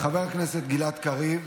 הכנסת קריב,